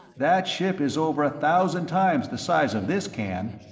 that ship is over a thousand times the size of this can.